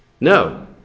No